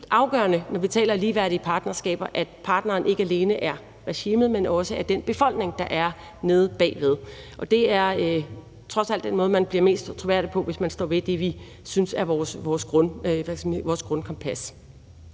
afgørende, når vi taler ligeværdige partnerskaber, at partneren ikke alene er regimet, men også den befolkning, der er nede bagved. Det er trods alt den måde, man bliver mest troværdig på, altså hvis man står ved det, der er ens grundkompas.